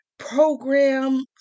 program